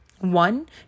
One